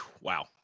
Wow